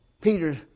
Peter